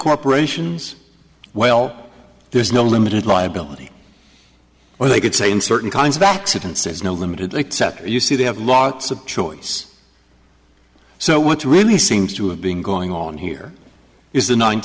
corporations well there's no limited liability or they could say in certain kinds of accidents there's no limit except you see they have lots of choice so what's really seems to have been going on here is the ninth